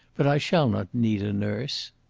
but i shall not need a nurse.